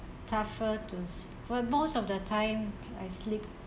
tougher to s~ when most of the time I sleep